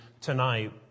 tonight